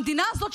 המדינה הזאת,